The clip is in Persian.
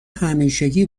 همیشگی